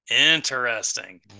interesting